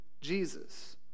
Jesus